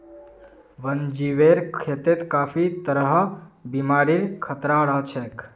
वन्यजीवेर खेतत काफी तरहर बीमारिर खतरा रह छेक